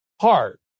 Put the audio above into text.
heart